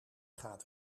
gaat